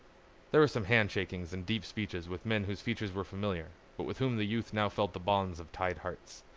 there were some handshakings and deep speeches with men whose features were familiar, but with whom the youth now felt the bonds of tied hearts.